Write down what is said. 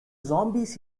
zombies